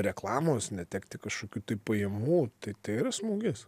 reklamos netekti kažkokių tai pajamų tai tai yra smūgis